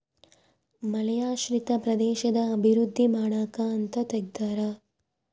ಮಳೆಯಾಶ್ರಿತ ಪ್ರದೇಶದ ಅಭಿವೃದ್ಧಿ ಮಾಡಕ ಅಂತ ತೆಗ್ದಾರ